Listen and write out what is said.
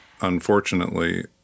unfortunately